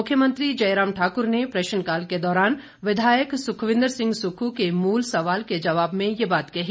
मुख्यमंत्री जयराम ठाक्र ने प्रश्नकाल के दौरान विधायक सुखविंद्र सिंह सुक्खू के मूल सवाल के जवाब में ये बात कही